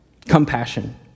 compassion